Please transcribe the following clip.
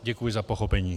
Děkuji za pochopení.